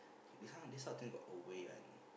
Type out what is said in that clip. this kind of thing got a way one